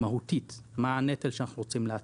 מהותית, מה הנטל שאנחנו רוצים להטיל.